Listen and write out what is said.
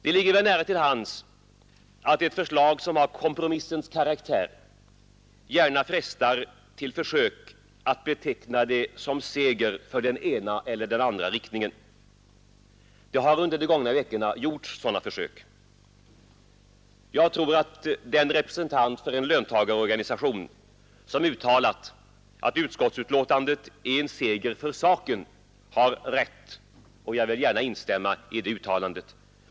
Det ligger väl nära till hands att ett förslag som har kompromissens karaktär frestar till försök att beteckna det som en seger för den ena eller den andra riktningen. Det har under de gångna veckorna gjorts sådana försök. Jag tror att den representant för en löntagarorganisation som uttalat att utskottsbetänkandet är en seger för saken har rätt, och jag vill gärna instämma i det uttalandet.